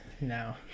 now